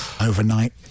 overnight